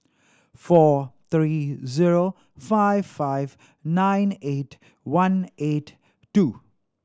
four three zero five five nine eight one eight two